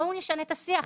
בואו נשנה את השיח.